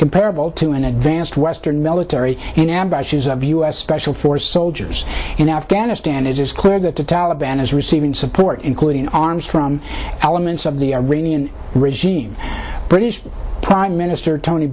comparable to an advanced western military and ambushes of u s special forces soldiers in afghanistan it is clear that the taliban is receiving support including arms from elements of the iranian regime british prime minister tony